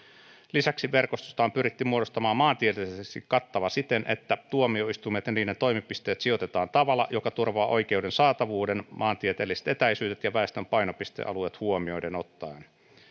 lisäksi verkostosta on pyritty muodostamaan maantieteellisesti kattava siten että tuomioistuimet ja niiden toimipisteet sijoitetaan tavalla joka turvaa oikeuden saatavuuden maantieteelliset etäisyydet ja väestön painopistealueet huomioon ottaen